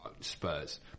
Spurs